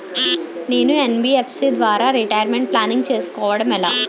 నేను యన్.బి.ఎఫ్.సి ద్వారా retirement planning చేసుకోవడం ఎలా?